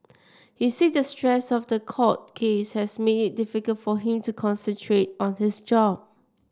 he said the stress of the court case has made it difficult for him to concentrate on his job